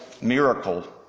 miracle